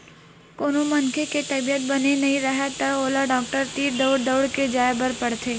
कोनो मनखे के तबीयत बने नइ राहय त ओला डॉक्टर तीर दउड़ दउड़ के जाय बर पड़थे